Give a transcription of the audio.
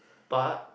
but